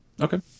Okay